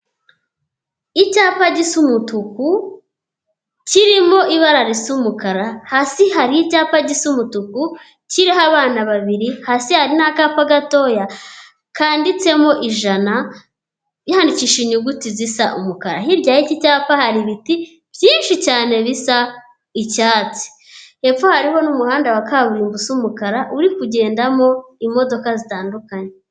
Icyapa gisa umutuku, kirimo ibara risa umukara, hasi hari icyapa gisa umutuku kiriho abana babiri, hasi hari n'akapa gatoya kanditsemo ijana, handikishije inyuguti zisa umukara. Hirya y'iki cyapa hari ibiti byinshi cyane bisa icyatsi. Hepfo hariho n'umuhanda wa kaburimbo usa umukara, uri kugendamo imodoka zitandukanye.